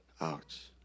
Ouch